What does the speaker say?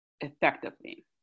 effectively